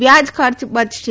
વ્યાજ ખર્ચ બચશે